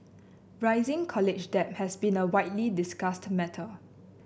rising college debt has been a widely discussed matter